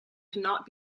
cannot